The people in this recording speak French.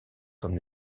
comme